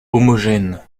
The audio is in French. homogène